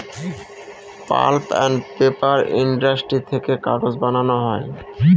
pulp and paper industry থেকে কাগজ বানানো হয়